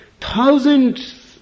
Thousands